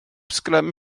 sgrym